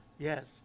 yes